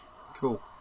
cool